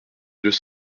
deux